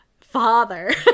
father